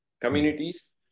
communities